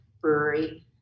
brewery